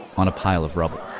on a pile of rubble